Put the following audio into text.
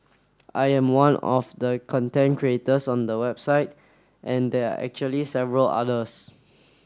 I am one of the content creators on the website and they are actually several others